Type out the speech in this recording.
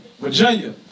Virginia